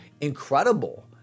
incredible